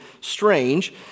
strange